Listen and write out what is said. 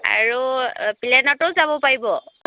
আৰু প্লেনতো যাব পাৰিব